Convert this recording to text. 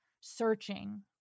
searching